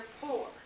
poor